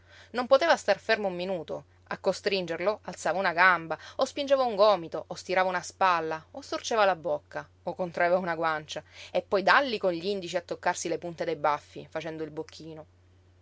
non poteva star fermo un minuto a costringerlo alzava una gamba o spingeva un gomito o stirava una spalla o storceva la bocca o contraeva una guancia e poi dàlli con gl'indici a toccarsi le punte dei baffi facendo il bocchino